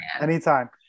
anytime